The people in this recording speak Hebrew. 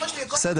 כל ה..